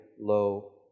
low